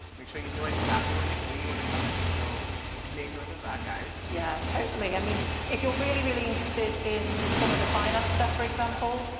make sure you know exactly where where you want to come in, so make note of that? cat yeah totally, i mean if you're really really interested in some of the finance stuff, for example,